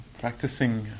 practicing